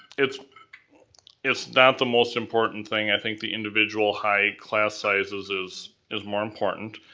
it's it's not the most important thing, i think the individual high class sizes is is more important.